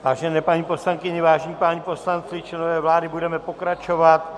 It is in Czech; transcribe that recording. Vážené paní poslankyně, vážení páni poslanci, členové vlády, budeme pokračovat.